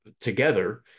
together